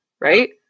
right